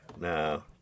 no